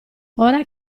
ora